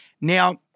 Now